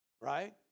Right